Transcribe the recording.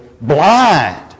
blind